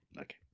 Okay